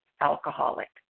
alcoholic